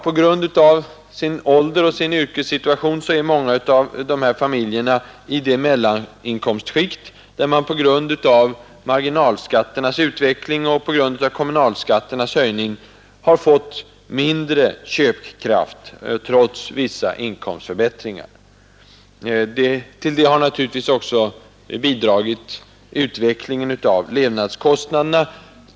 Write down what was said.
På grund av sin ålder och yrkessituation är många av familjerna i det mellaninkomstskikt där man på grund av marginalskatternas utveckling och kommunalskatternas höjning fått mindre köpkraft trots vissa inkomstförbättringar. Till det har naturligtvis också bidragit utvecklingen av levnadskostnaderna.